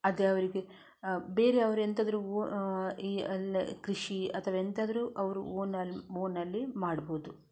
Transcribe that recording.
ಅದೇ ಅವರಿಗೆ ಬೇರೆಯವರು ಎಂಥಾದರೂ ಕೃಷಿ ಅಥವಾ ಎಂಥಾದರೂ ಅವರು ಓನಲ್ಲಿ ಓನಲ್ಲಿ ಮಾಡ್ಬೌದು